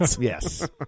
yes